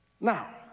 now